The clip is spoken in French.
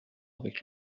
avec